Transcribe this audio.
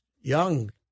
young